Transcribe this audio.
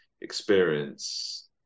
experience